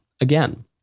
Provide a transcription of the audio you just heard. again